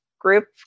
Group